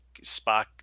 Spock